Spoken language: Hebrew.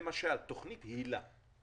שלמשל תוכנית היל"ה,